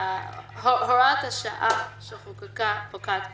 הוראת השעה שחוקקה פוקעת היום,